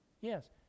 Yes